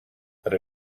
that